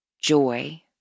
joy